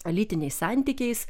lytiniais santykiais